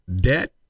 Debt